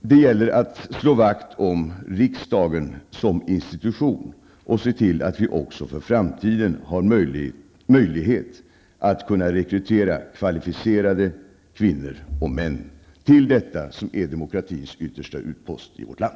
Det gäller att slå vakt om riksdagen som institution och se till att vi även för framtiden har möjlighet att rekrytera kvalificerade kvinnor och män till detta som är demokratins yttersta utpost i vårt land.